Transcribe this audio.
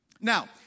Now